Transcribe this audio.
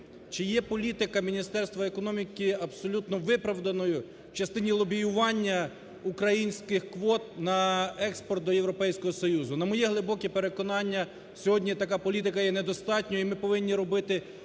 чи є політика Міністерства економіки абсолютно виправданою в частині лобіювання українських квот на експорт до Європейського Союзу. На моє глибоке переконання, сьогодні така політика є недостатньою і ми повинні робити